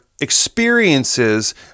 experiences